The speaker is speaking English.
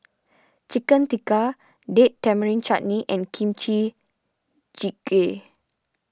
Chicken Tikka Date Tamarind Chutney and Kimchi Jjigae